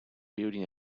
building